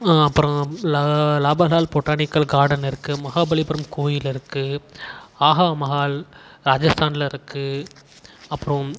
அப்புறம் லா லாபரால் பொட்டானிக்கல் கார்டன் இருக்குது மகாபலிபுரம் கோயில் இருக்குது ஆஹா மஹால் ராஜஸ்தான்ல இருக்குது அப்புறோம்